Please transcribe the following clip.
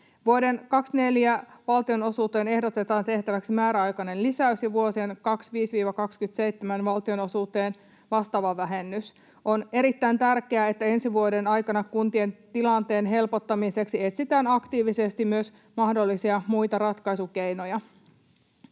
Vuoden 24 valtionosuuteen ehdotetaan tehtäväksi määräaikainen lisäys ja vuosien 25—27 valtionosuuteen vastaava vähennys. On erittäin tärkeää, että ensi vuoden aikana kuntien tilanteen helpottamiseksi etsitään aktiivisesti myös mahdollisia muita ratkaisukeinoja.